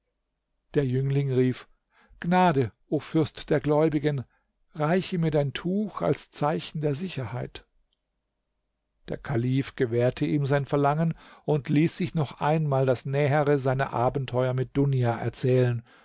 der jüngling rief gnade o fürst der gläubigen reiche mir dein tuch als zeichen der sicherheit der kalif gewährte ihm sein verlangen und ließ sich noch einmal das nähere seiner abenteuer mit dunja erzählen